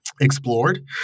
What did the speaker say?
explored